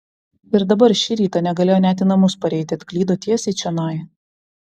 ir dabar šį rytą negalėjo net į namus pareiti atklydo tiesiai čionai